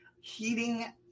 heating